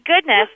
goodness